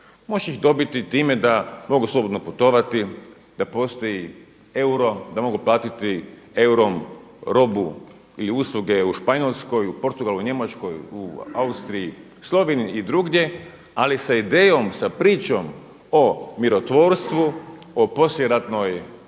Možeš ih dobiti time da mogu slobodno putovati, da postoji euro, da mogu platiti eurom robu ili usluge u Španjolskoj, u Portugalu, u Njemačkoj, u Austriji, Sloveniji i drugdje, ali sa idejom, sa pričom o mirotvorstvu, o poslijeratnoj